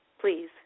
please